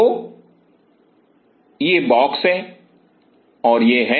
तो यह बॉक्स है और यह है